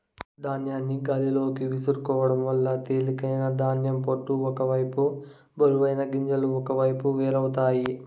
ధాన్యాన్ని గాలిలోకి విసురుకోవడం వల్ల తేలికైన ధాన్యం పొట్టు ఒక వైపు బరువైన గింజలు ఒకవైపు వేరు అవుతాయి